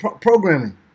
programming